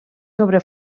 sobre